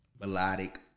melodic